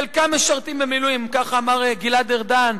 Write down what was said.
חלקם משרתים במילואים" כך אמר גלעד ארדן,